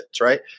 right